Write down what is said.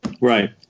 Right